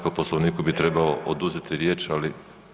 po Poslovniku bi trebao oduzeti riječ, ali.